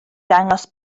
dangos